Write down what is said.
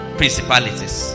principalities